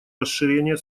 расширения